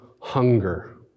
hunger